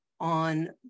on